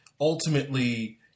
ultimately –